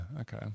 okay